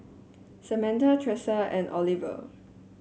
Samantha Thresa and Oliver